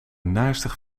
naarstig